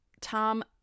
Tom